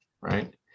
right